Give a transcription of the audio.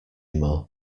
more